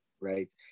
right